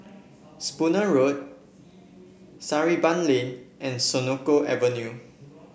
Spooner Road Sarimbun Lane and Senoko Avenue